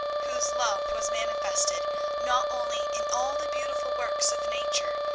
whose love was manifested not only in all the beautiful works of nature,